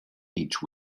each